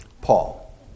Paul